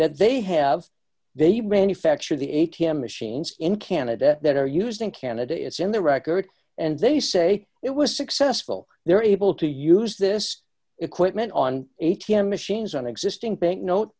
that they have they manufactured the a t m machines in canada that are used in canada it's in the record and they say it was successful they're able to use this equipment on a t m machines on existing banknote